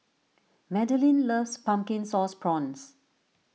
Madalyn loves Pumpkin Sauce Prawns